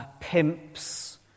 pimps